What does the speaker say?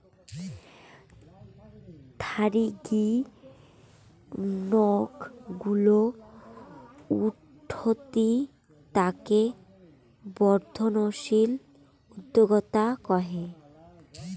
থারিগী নক গুলো উঠতি তাকে বর্ধনশীল উদ্যোক্তা কহে